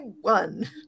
one